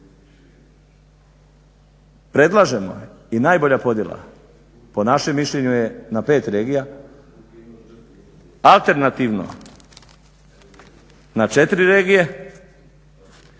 Predlažemo i najbolja podjela po našem mišljenju je na 5 regija. Alternativno na 4 regije